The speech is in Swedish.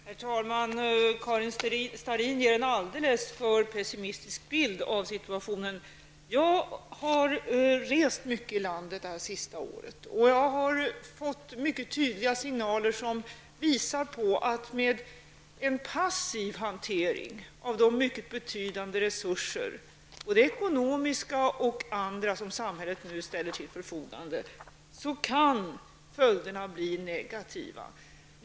Herr talman! Karin Starrin ger en alldeles för pessimistisk bild av situationen. Jag har rest mycket i landet under det senaste året, och jag har fått mycket tydliga signaler på att med en passiv hantering av de mycket betydande resurser, både ekonomiska och andra, som samhället nu ställer till förfogande kan följderna bli negativa.